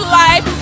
life